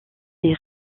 les